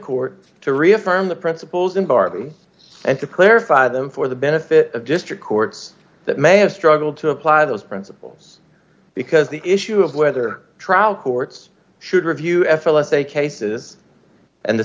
court to reaffirm the principles in bharti and to clarify them for the benefit of district courts that may have struggled to apply those principles because the issue of whether trial courts should review f l s a cases and the